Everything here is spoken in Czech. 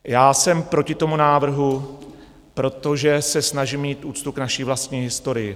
Já jsem proti tomu návrhu, protože se snažím mít úctu k naší vlastní historii.